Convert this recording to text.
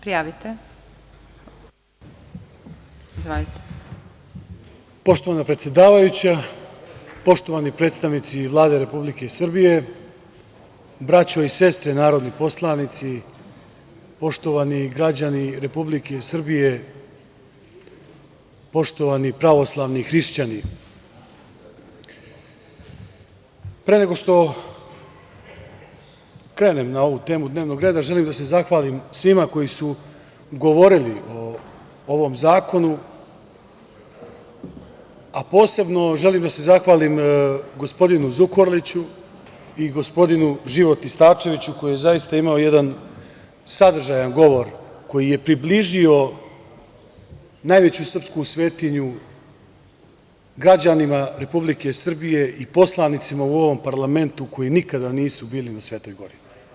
Poštovana predsedavajuća, poštovani predstavnici Vlade Republike Srbije, braćo i sestre narodni poslanici, poštovani građani Republike Srbije, poštovani pravoslavni hrišćani, pre nego što krenem na ovu temu dnevnog reda, želim da se zahvalim svima koji su govorili o ovom zakonu, a posebno želim da se zahvalim gospodinu Zukorliću i gospodinu Životi Starčeviću koji je zaista imao jedan sadržajan govor, koji je približio najveću srpsku svetinju građanima Republike Srbije i poslanicima u ovom parlamentu koji nikada nisu bili na Svetoj gori.